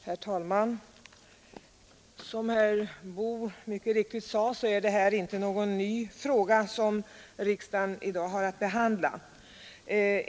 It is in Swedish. Herr talman! Som herr Boo mycket riktigt sade är detta inte någon ny fråga som riksdagen i dag har att behandla.